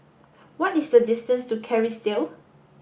what is the distance to Kerrisdale